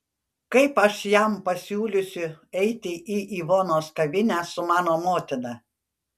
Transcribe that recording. kaip aš jam pasiūlysiu eiti į ivonos kavinę su mano motina